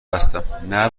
هستم